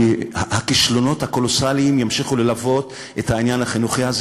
והכישלונות הקולוסליים ימשיכו ללוות את העניין החינוכי הזה,